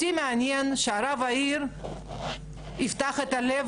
אותי מעניין שרב העיר יפתח את הלב